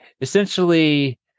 essentially